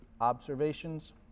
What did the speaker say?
Observations